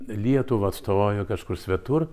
lietuvą atstovauja kažkur svetur